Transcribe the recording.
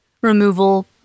removal